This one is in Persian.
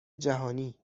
جهانی